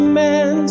man